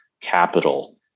capital